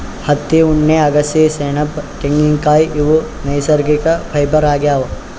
ಹತ್ತಿ ಉಣ್ಣೆ ಅಗಸಿ ಸೆಣಬ್ ತೆಂಗಿನ್ಕಾಯ್ ಇವ್ ನೈಸರ್ಗಿಕ್ ಫೈಬರ್ ಆಗ್ಯಾವ್